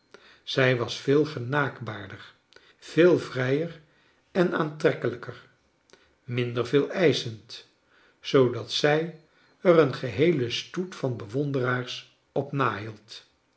zij was veel genaakbaarder veel vrijer en aantrekkelijker minder veeleischend zoodat zij er een geheelen stoet van bewonderaars op nahield